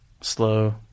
slow